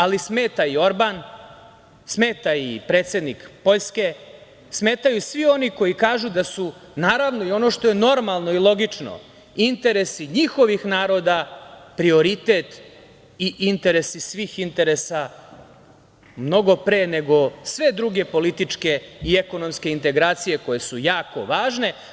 Ali, smeta im i Orban, smeta i predsednik Poljske, smetaju svi oni koji kažu da su, ono što je normalno i logično, interesi njihovih naroda prioritet i interesi svih interesa mnogo pre nego sve druge političke i ekonomske integracije koje su jako važne.